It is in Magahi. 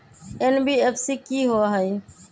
एन.बी.एफ.सी कि होअ हई?